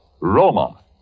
Roma